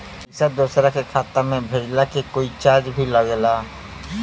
पैसा दोसरा के खाता मे भेजला के कोई चार्ज भी लागेला?